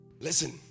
listen